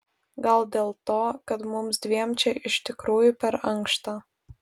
gal dėl to kad mums dviem čia iš tikrųjų per ankšta